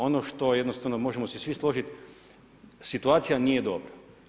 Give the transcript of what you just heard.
Ono što jednostavno možemo se svi složit, situacija nije dobra.